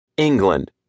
England